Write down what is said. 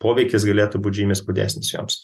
poveikis galėtų būt žymiai skaudesnis joms